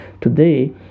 today